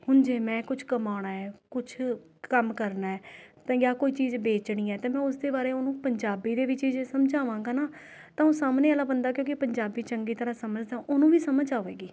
ਹੁਣ ਜੇ ਮੈਂ ਕੁਛ ਕਮਾਉਣਾ ਹੈ ਕੁਛ ਕੰਮ ਕਰਨਾ ਹੈ ਤਾਂ ਕਿਆ ਕੋਈ ਚੀਜ਼ ਵੇਚਣੀ ਹੈ ਤਾਂ ਮੈਂ ਉਸ ਦੇ ਬਾਰੇ ਉਹਨੂੰ ਪੰਜਾਬੀ ਦੇ ਵਿੱਚ ਹੀ ਜੇ ਸਮਝਾਵਾਂਗਾ ਨਾ ਤਾਂ ਉਹ ਸਾਹਮਣੇ ਵਾਲਾ ਬੰਦਾ ਕਿਉਂਕਿ ਪੰਜਾਬੀ ਚੰਗੀ ਤਰ੍ਹਾਂ ਸਮਝਦਾ ਉਹਨੂੰ ਵੀ ਸਮਝ ਆਵੇਗੀ